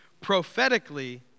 prophetically